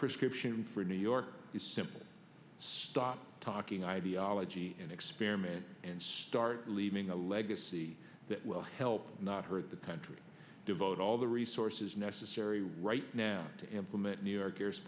prescription for new york is simple stop talking ideology and experiment and start leaving a legacy that will help not hurt the country devote all the resources necessary right now to implement new